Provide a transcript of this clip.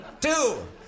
Two